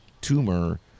tumor